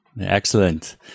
Excellent